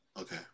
okay